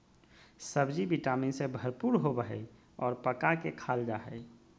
सब्ज़ि vitamin से भरपूर होबय हइ और पका के खाल जा हइ